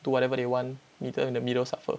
do whatever they want middle in the middle suffer